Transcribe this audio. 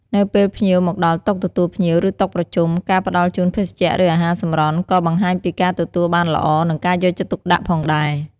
នៅពេលភ្ញៀវមកដល់តុទទួលភ្ញៀវ ឬតុប្រជុំ ការផ្តល់ជូនភេសជ្ជៈ ឬអាហារសម្រន់ ក៏បង្ហាញពីការទទួលបានល្អ និងការយកចិត្តទុកដាក់ផងដែរ។